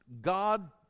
God